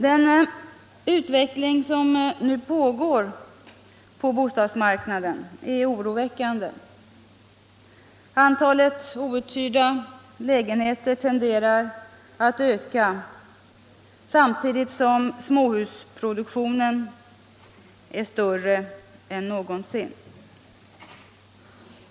Den utveckling som nu pågår på bostadsmarknaden är oroväckande. Antalet outhyrda lägenheter tenderar att öka, samtidigt som småhusproduktionen är större än någonsin.